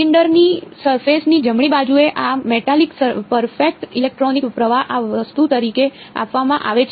સિલિન્ડરની સરફેસ ની જમણી બાજુએ આ મેટાલિક પરફેક્ટ ઇલેક્ટ્રિક પ્રવાહ આ વસ્તુ તરીકે આપવામાં આવે છે